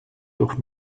durch